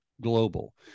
global